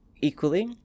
equally